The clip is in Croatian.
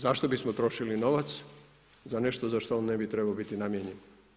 Zašto bismo trošili novac, za nešto za što on ne bi trebao biti namijenjen?